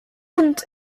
und